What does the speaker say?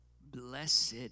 Blessed